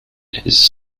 his